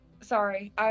Sorry